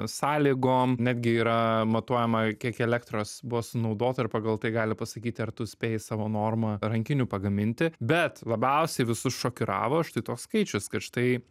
sąlygom netgi yra matuojama kiek elektros buvo sunaudota ir pagal tai gali pasakyti ar tu spėjai savo normą rankinių pagaminti bet labiausiai visus šokiravo štai toks skaičius kad štai